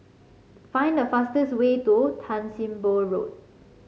find the fastest way to Tan Sim Boh Road